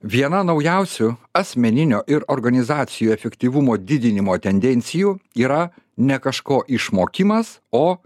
viena naujausių asmeninio ir organizacijų efektyvumo didinimo tendencijų yra ne kažko išmokimas o